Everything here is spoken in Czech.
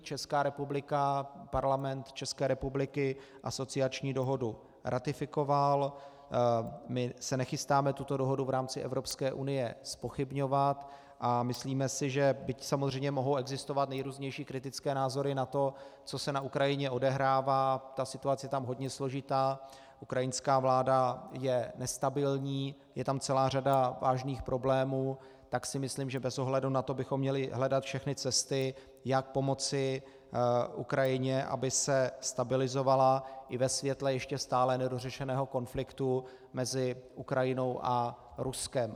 Česká republika, Parlament České republiky asociační dohodu ratifikoval, my se nechystáme tuto dohodu v rámci Evropské unie zpochybňovat a myslíme si, že byť samozřejmě mohou existovat nejrůznější kritické názory na to, co se na Ukrajině odehrává, ta situace tam je hodně složitá, ukrajinská vláda je nestabilní, je tam celá řada vážných problémů, tak si myslím, že bez ohledu na to bychom měli hledat všechny cesty, jak pomoci Ukrajině, aby se stabilizovala, i ve světle ještě stále nedořešeného konfliktu mezi Ukrajinou a Ruskem.